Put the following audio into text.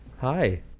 hi